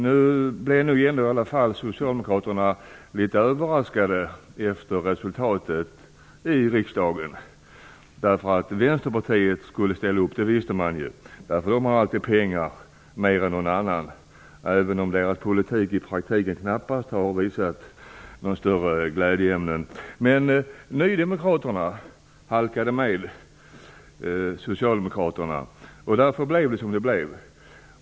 Nu blev nog Socialdemokraterna ändå litet överraskade av resultatet i riksdagen. Att Vänsterpartiet skulle ställa upp, det visste man ju, för där finns det alltid mer pengar än någon annan har, även om dess politik i praktiken knappast har visat upp några större glädjeämnen. Men Nydemokraterna halkade med Socialdemokraterna, och därför blev det som det blev.